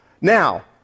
Now